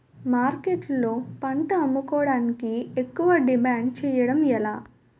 మార్కెట్లో పంట అమ్ముకోడానికి ఎక్కువ డిమాండ్ చేయడం ఎలా?